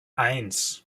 eins